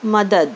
مدد